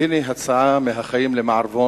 והנה הצעה מן החיים למערבון,